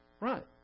Right